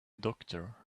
doctor